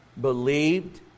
believed